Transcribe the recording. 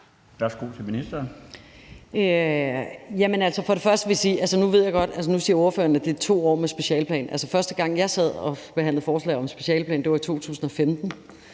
nu siger ordføreren, at det er 2 år med specialeplanen. Altså, første gang jeg sad og forhandlede forslag om en specialeplan, var i 2015.